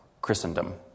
Christendom